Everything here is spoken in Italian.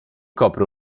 copre